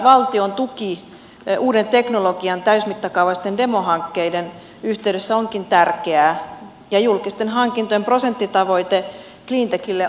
valtion tuki uuden teknologian täysmittakaavaisten demohankkeiden yhteydessä onkin tärkeää ja julkisten hankintojen prosenttitavoite cleantechille on kannatettava